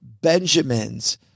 Benjamins